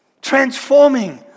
transforming